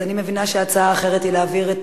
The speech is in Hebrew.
אז אני מבינה שהצעה אחרת היא להעביר את